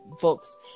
books